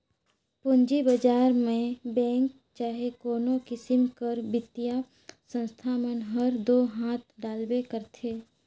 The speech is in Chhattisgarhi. पूंजी बजार में बेंक चहे कोनो किसिम कर बित्तीय संस्था मन हर दो हांथ डालबे करथे